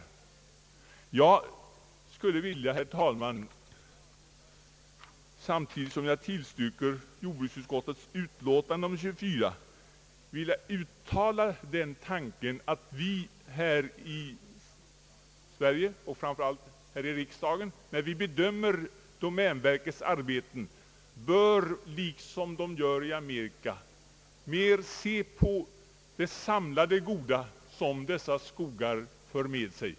Samtidigt som jag tillstyrker jordbruksutskottets utlåtande nr 24 skulle jag, herr talman, vilja uttala den tanken att vi här i Sverige och framför allt här i riksdagen, när vi bedömer domänverkets arbete, bör liksom de gör i Amerika mer se på det samlade goda som dessa skogar för med sig.